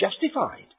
justified